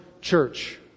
church